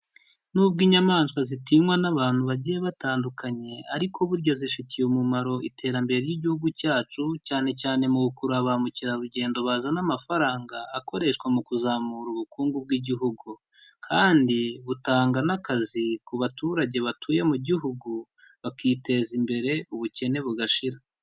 Nubwo inyamaswa zitinywa n'abantu bagiye batandukanye, ariko burya zifitiye umumaro iterambere ry'Igihugu cyacu, cyane cyane mu gukurura ba mukerarugendo bazana amafaranga, akoreshwa mu kuzamura ubukungu bw'Igihugu. kandi butanga n'akazi, ku baturage batuye mu Gihugu, bakiteza imbere ubukene bugashira.